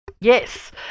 Yes